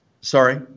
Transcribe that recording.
Sorry